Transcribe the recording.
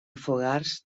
fogars